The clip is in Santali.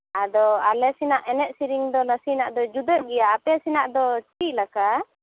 ᱟᱫᱚ ᱟᱞᱮ ᱥᱮᱱᱟᱜ ᱮᱱᱮᱡ ᱥᱮᱨᱮᱧ ᱫᱚ ᱱᱟᱥᱮᱱᱟᱜ ᱫᱚ ᱡᱩᱫᱟᱹ ᱜᱮᱭᱟ ᱟᱯᱮ ᱥᱮᱱᱟᱜ ᱫᱚ ᱪᱮᱫ ᱞᱮᱠᱟ